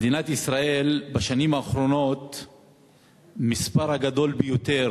במדינת ישראל בשנים האחרונות המספר הגדול ביותר